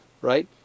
right